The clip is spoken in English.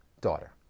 daughter